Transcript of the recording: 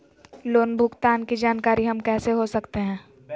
Loan भुगतान की जानकारी हम कैसे हो सकते हैं?